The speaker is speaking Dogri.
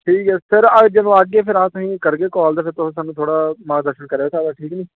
ठीक ऐ सर अस जदूं आगे फ्ही अस तुसेंगी करगे काल ते फिर तुस स्हानूं थोह्ड़ा माता दे दर्शन कराएओ साढ़ा ठीक नीं